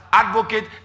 advocate